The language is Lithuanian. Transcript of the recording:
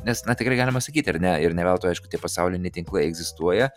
nes na tikrai galima sakyt ar ne ir ne veltui aišku tie pasauliniai tinklai egzistuoja